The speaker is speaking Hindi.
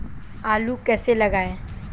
आलू कैसे लगाएँ?